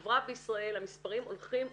החברה בישראל, המספרים הולכים וגדלים,